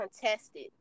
contested